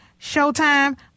Showtime